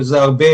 וזה הרבה,